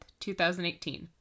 2018